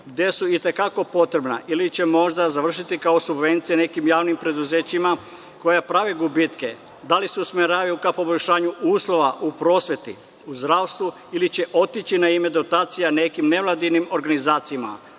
gde su i te kako potrebna, ili će možda završiti kao subvencije nekim javnim preduzećima koja prave gubitke, da li se usmeravaju ka poboljšanju uslova u prosveti, u zdravstvu ili će otići na ime dotacija nekim nevladinim organizacijama,